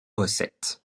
recettes